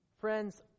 Friends